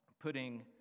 putting